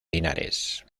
linares